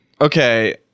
Okay